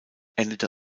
endete